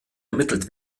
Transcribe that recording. ermittelt